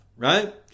right